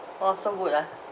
oh so good lah